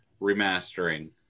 remastering